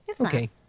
okay